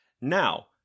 Now